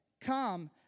come